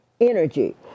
energy